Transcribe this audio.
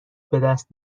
بدست